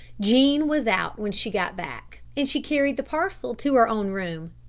jean was out when she got back and she carried the parcel to her own room.